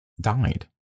died